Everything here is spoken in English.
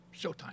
Showtime